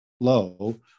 low